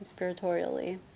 conspiratorially